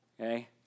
Okay